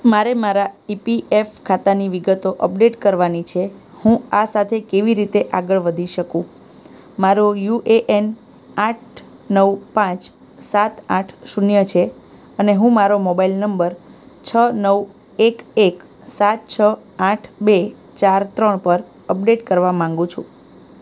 મારે મારા ઈપીએફ ખાતાની વિગતો અપડેટ કરવાની છે હું આ સાથે કેવી રીતે આગળ વધી શકું મારો યુ એ એન આઠ નવ પાંચ સાત આઠ શૂન્ય છે અને હું મારો મોબાઈલ નંબર છ નવ એક એક સાત છ આઠ બે ચાર ત્રણ પર અપડેટ કરવા માગું છું